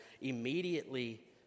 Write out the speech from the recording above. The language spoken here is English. immediately